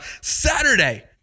saturday